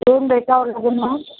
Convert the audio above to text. येऊन भेटावं लागेल ना